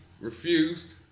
refused